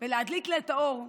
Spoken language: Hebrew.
ולהדליק לה את האור,